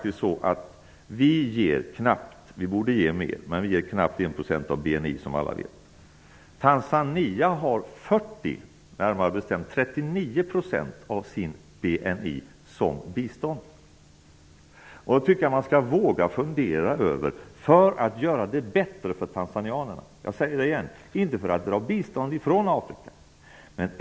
Som alla vet ger vi 1 % av BNI i bistånd -- vi borde ge mer. Tanzanias BNI består till 39 % av bistånd. Jag tycker att man skall våga fundera över vad vi kan göra för att förbättra för tanzanierna -- återigen: inte för att dra bort bidragen från dem.